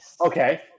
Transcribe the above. Okay